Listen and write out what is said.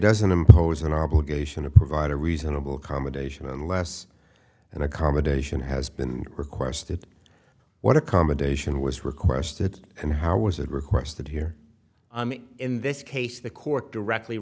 doesn't impose an obligation to provide a reasonable accommodation unless an accommodation has been requested what accommodation was requested and how was it requested here in this case the court directly